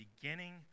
beginning